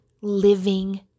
living